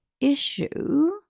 issue